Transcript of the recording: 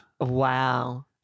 wow